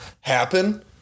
happen